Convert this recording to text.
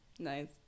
nice